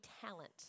talent